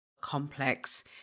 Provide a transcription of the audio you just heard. complex